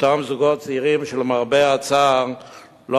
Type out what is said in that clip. אותם זוגות צעירים שלמרבה הצער לא